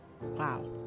Wow